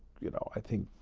you know, i think,